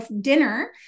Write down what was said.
dinner